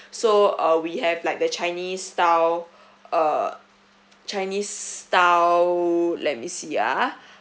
so uh we have like the chinese style uh chinese style let me see ah